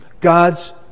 God's